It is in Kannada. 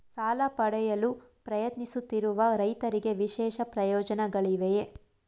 ಸಾಲ ಪಡೆಯಲು ಪ್ರಯತ್ನಿಸುತ್ತಿರುವ ರೈತರಿಗೆ ವಿಶೇಷ ಪ್ರಯೋಜನಗಳಿವೆಯೇ?